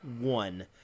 one